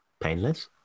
painless